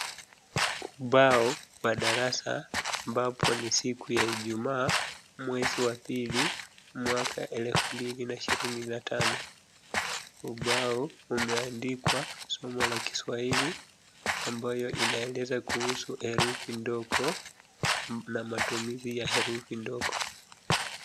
Ubao wa darasa ambapo ni siku ya ijumaa mwezi wa pili mwaka elfu mbili ishirini na tano. Ubao umeandikwa somo la kiswahili ambayo inaeleza kuhusu herufi ndogo na matumizi yake ya herufi ndogo.